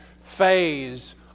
phase